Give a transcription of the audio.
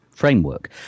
framework